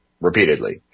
repeatedly